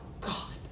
God